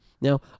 Now